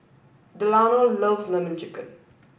Delano loves Lemon Chicken